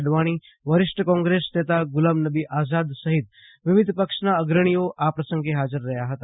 અડવાજ્ઞી વરિષ્ઠ કોંગ્રેસ નેતા ગુલામનબી આઝાદ સહિત વિવિધ પક્ષના અગ્રજ્ઞીઓ આ પ્રસંગે હાજર રહ્યા હતા